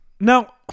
Now